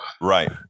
right